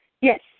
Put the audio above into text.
Yes